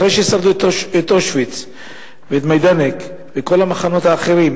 אחרי ששרדו את אושוויץ ואת מיידנק ואת כל המחנות האחרים,